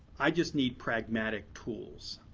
i just need pragmatic tools.